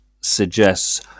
suggests